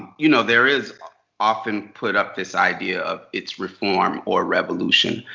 you know there is often put up this idea of it's reform or revolution.